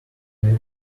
make